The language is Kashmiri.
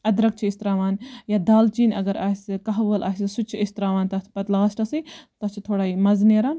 اَدرَک چھِ أسۍ تراوان یا دالچیٖن اگر آسہِ قَہوٕ ٲل آسہِ سُہ تہِ چھِ أسۍ تراوان تتھ پَتہٕ لاسٹَسے تتھ چھ تھوڑا پَتہٕ مَزٕ نیران